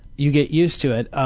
you get used to it.